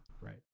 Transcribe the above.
Right